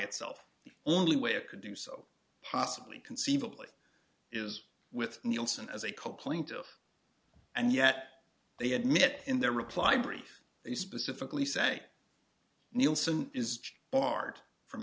itself the only way it could do so possibly conceivably is with nielsen as a complaint and yet they admit in their reply brief they specifically say nielsen is barred from